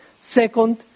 Second